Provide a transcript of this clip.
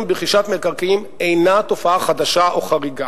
ברכישת מקרקעין אינה תופעה חדשה או חריגה.